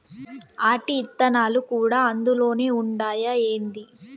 ఆటి ఇత్తనాలు కూడా అందులోనే ఉండాయా ఏంది